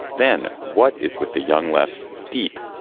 then what is with the young left's deep,